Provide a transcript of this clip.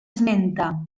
esmenta